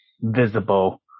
visible